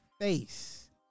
face